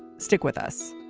stick with us